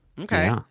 Okay